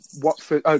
Watford